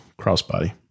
crossbody